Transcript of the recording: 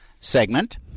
segment